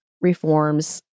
reforms